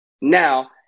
Now